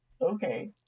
Okay